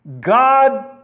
God